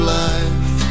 life